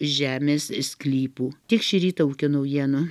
žemės sklypų tiek šį rytą ūkio naujienų